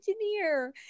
engineer